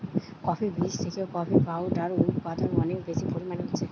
coffee বীজ থিকে coffee powder উদপাদন অনেক বেশি পরিমাণে হচ্ছে